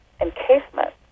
encasement